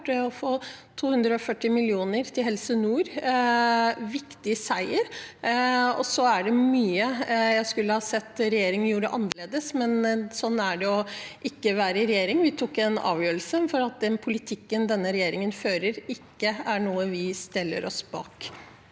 det å få 240 mill. kr til Helse nord vært en viktig seier. Så er det mye jeg gjerne skulle ha sett at regjeringen gjorde annerledes, men sånn er det å ikke være i regjering. Vi tok en avgjørelse om at den politikken denne regjeringen fører, ikke er noe vi stiller oss bak.